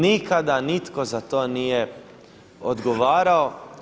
Nikada nitko za to nije odgovarao.